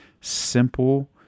simple